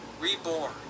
reborn